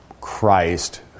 Christ